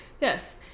yes